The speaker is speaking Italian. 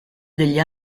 degli